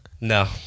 No